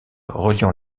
reliant